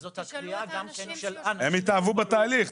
הם התאהבו בתהליך.